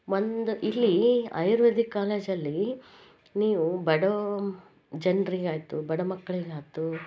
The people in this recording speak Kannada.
ಒಂದು ಇಲ್ಲೀ ಆಯುರ್ವೇದಿಕ್ ಕಾಲೇಜಲ್ಲಿ ನೀವು ಬಡ ಜನ್ರಿಗೆ ಆಯಿತು ಬಡ ಮಕ್ಕಳಿಗಾಯ್ತು